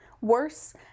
worse